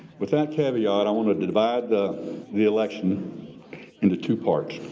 with that caveat, i wanna divide the the election into two parts.